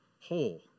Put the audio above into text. whole